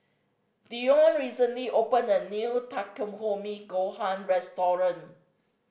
Deion recently opened a new Takikomi Gohan Restaurant